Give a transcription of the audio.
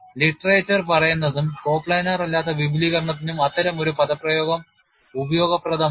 സാഹിത്യം പറയുന്നത് കോപ്ലാനർ അല്ലാത്ത വിപുലീകരണത്തിനും അത്തരമൊരു പദപ്രയോഗം ഉപയോഗപ്രദമാണ്